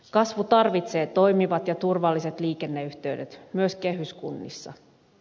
kasvu tarvitsee toimivat ja turvalliset liikenneyhteydet myös kehyskunnissa